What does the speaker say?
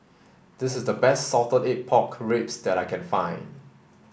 this is the best salted egg pork ribs that I can find